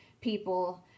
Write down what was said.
people